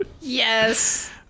yes